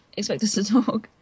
expectustotalk